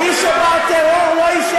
גם אחד כמוך צריך להחזיר.